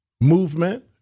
Movement